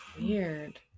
weird